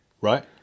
Right